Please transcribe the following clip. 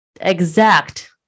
exact